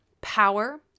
Power